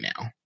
now